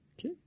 Okay